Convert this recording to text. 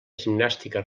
gimnàstica